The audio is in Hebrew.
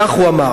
כך הוא אמר.